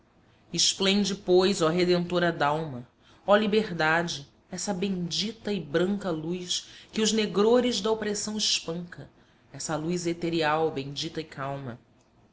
esplende pois oh redentora dalma oh liberdade essa bendita e branca luz que os negrores da opressão espanca essa luz etereal bendita e calma